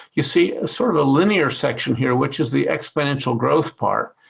you see ah sort of a linear section here which is the exponential growth part.